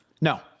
No